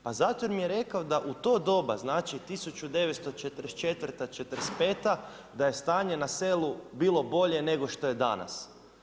Pa zato jer mi je rekao da u to doba znači 1944., 1945. da je stanje na selu bilo bolje nego što je danas.